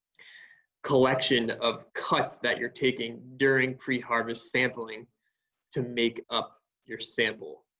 collection of cuts that you're taking during pre-harvest sampling to make up your sample.